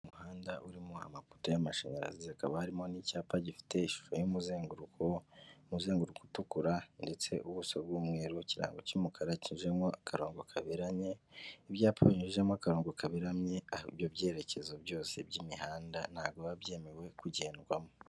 Umuhanda urimo amapoto y'amashanyarazi hakaba harimo n'icyapa gifite ishusho y'umuzenguruko, umuzenguruko utukura ndetse ubuso bw'umweru, ikirango cy'umukara kinyujijemo akarongo kaberanye, ibyapa binyujijemo akarongo kaberamye, ibyo byerekezo byose by'imihanda ntabwo biba byemewe kugendwamo.